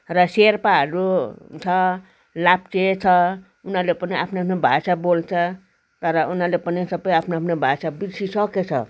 र सेर्पाहरू छ लाप्चे छ उनीहरूले पनि आफ्नो आफ्नो भाषा बोल्छ तर उनीहरूले पनि सबै आफ्नो आफ्नो भाषा बिर्सी सकेछ